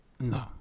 No